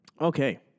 Okay